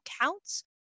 counts